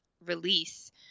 release